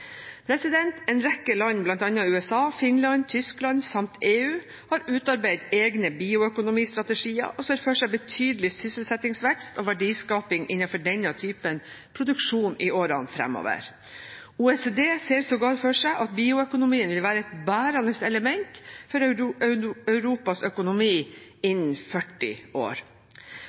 En rekke land, bl.a. USA, Finland, Tyskland samt EU, har utarbeidet egne bioøkonomistrategier og ser for seg betydelig sysselsettingsvekst og verdiskaping innenfor denne typen produksjon i årene fremover. OECD ser sågar for seg at bioøkonomien vil være et bærende element for Europas økonomi